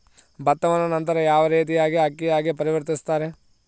ಭತ್ತವನ್ನ ನಂತರ ಯಾವ ರೇತಿಯಾಗಿ ಅಕ್ಕಿಯಾಗಿ ಪರಿವರ್ತಿಸುತ್ತಾರೆ?